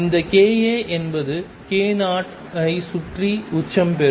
இந்த k a என்பது k0 ஐ சுற்றி உச்சம் பெரும்